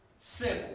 simple